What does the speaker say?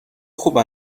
خوب